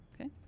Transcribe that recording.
Okay